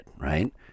right